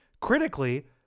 Critically